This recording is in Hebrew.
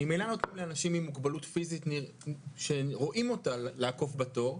שממילא אנשים עם מוגבלות פיזית שרואים אותה לעקוף בתור,